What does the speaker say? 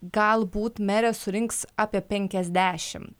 galbūt merė surinks apie penkiasdešimt